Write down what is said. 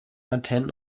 antennen